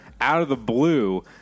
out-of-the-blue